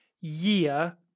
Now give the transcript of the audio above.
year